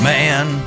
man